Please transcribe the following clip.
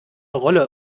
rolle